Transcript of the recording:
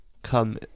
come